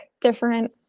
different